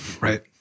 Right